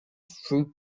through